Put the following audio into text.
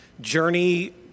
journey